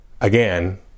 again